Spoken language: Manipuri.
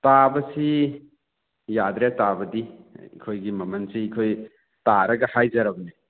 ꯇꯥꯕꯁꯤ ꯌꯥꯗ꯭ꯔꯦ ꯇꯥꯕꯗꯤ ꯑꯩꯈꯣꯏꯒꯤ ꯃꯃꯜꯁꯤ ꯑꯩꯈꯣꯏ ꯇꯥꯔꯒ ꯍꯥꯏꯖꯔꯕꯅꯤ